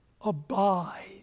Abide